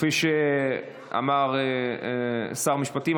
כפי שאמר שר המשפטים,